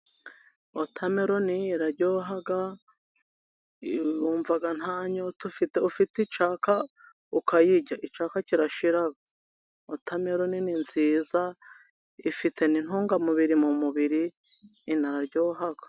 Wotameloni iraryoha wumva nta nyota ufite, ufite icyaka ukayirya icyapa kirashira , wotameloni ni nziza ifite n'intungamubiri mu mubiri inararyoha.